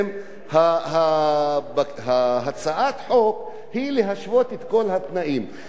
הצעת החוק היא להשוות את כל התנאים הן מבחינת התשלום,